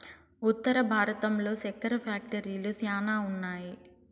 ఉత్తర భారతంలో సెక్కెర ఫ్యాక్టరీలు శ్యానా ఉన్నాయి